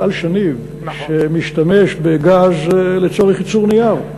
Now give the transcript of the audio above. מפעל "שניב" שמשתמש בגז לצורך ייצור נייר.